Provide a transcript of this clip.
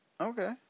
Okay